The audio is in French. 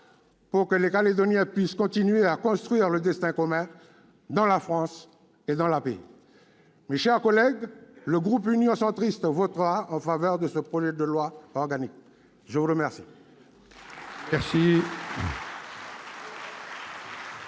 pour que les Calédoniens puissent continuer à construire leur destin commun, dans la France et dans la paix. Mes chers collègues, le groupe Union Centriste votera en faveur de ce projet de loi organique. La parole est à M.